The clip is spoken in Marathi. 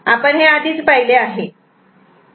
आपण हे आधीच पाहिले आहे